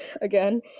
again